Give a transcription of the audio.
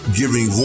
giving